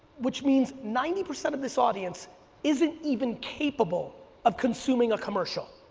which means ninety percent of this audience isn't even capable of consuming a commercial,